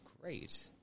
great